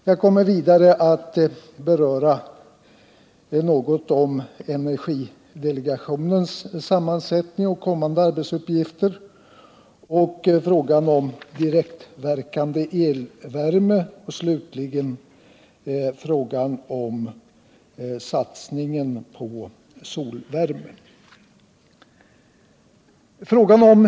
Jag kommer vidare att något beröra energidelegationens sammansättning och kommande arbetsuppgifter, frågan om direktverkande elvärme och slutligen satsningen på solvärme.